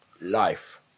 life